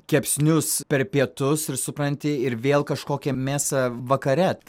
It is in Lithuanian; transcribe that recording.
kepsnius per pietus ir supranti ir vėl kažkokią mėsą vakare